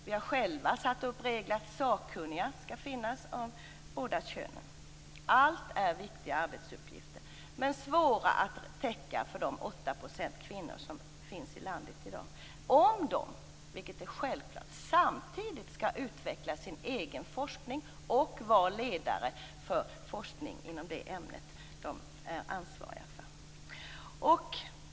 Vi har själva satt upp regler för att det skall finnas sakkunniga av båda könen. Alla är viktiga arbetsuppgifter, men svåra att täcka av de åtta procent kvinnor som i dag finns i landet som professorer om de samtidigt, vilket är självklart, skall utveckla sin egen forskning och vara ledare för forskning i det ämne som de är ansvariga för.